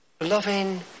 loving